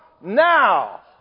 now